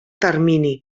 termini